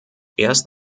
erst